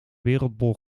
wereldbol